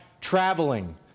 traveling